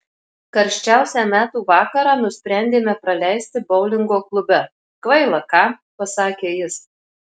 karščiausią metų vakarą nusprendėme praleisti boulingo klube kvaila ką pasakė jis